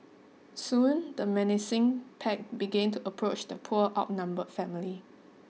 soon the menacing pack began to approach the poor outnumbered family